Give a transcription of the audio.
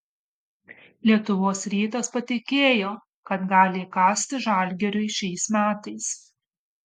lietuvos rytas patikėjo kad gali įkasti žalgiriui šiais metais